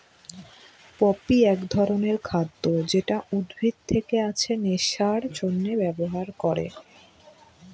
poppy এক ধরনের খাদ্য যেটা উদ্ভিদ থেকে আছে নেশার জন্যে ব্যবহার করে